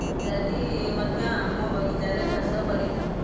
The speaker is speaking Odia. ଇତ୍ୟାଦି ମଧ୍ୟ ଆମ ବଗିଚାରେ ଚାଷ କରିଥାଉ